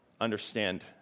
understand